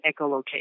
echolocation